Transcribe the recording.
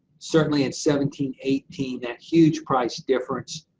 certainly, in seventeen eighteen, that huge price difference,